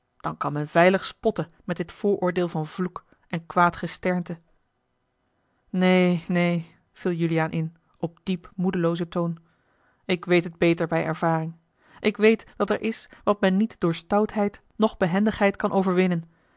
dan kan men veilig spotten met dit vooroordeel van vloek en kwaad gesternte neen neen viel juliaan in op diep moedeloozen toon ik weet het beter bij ervaring ik weet dat er is wat men niet door stoutheid noch behendigheid kan overwinnen